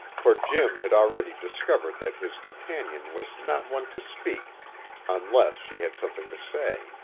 for jim had already discovered that his companion was not one to speak unless she had something to say,